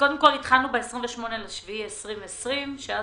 קודם כל התחלנו ב-28 ביולי 2020, אז